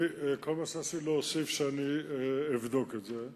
כל מה שרציתי להוסיף הוא שאני אבדוק את זה.